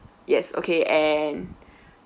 yes okay and